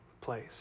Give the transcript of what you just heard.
place